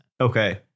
Okay